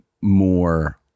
more